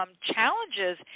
challenges